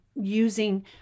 using